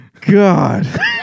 God